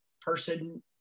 person